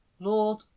Lord